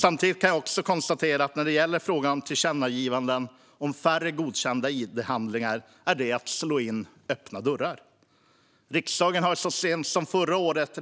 Samtidigt kan jag konstatera att när det gäller frågan om tillkännagivande om färre godkända id-handlingar är det att slå in öppna dörrar. Riksdagen gjorde så sent som förra året